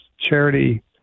charity